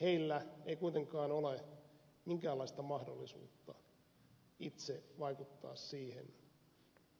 heillä ei kuitenkaan ole minkäänlaista mahdollisuutta itse vaikuttaa siihen